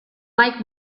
mike